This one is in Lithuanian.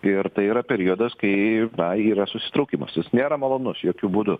ir tai yra periodas kai na yra susitraukimas jis nėra malonus jokiu būdu